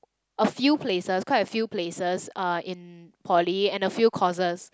a few places quite a few places uh in poly and a few courses